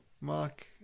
Mark